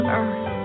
earth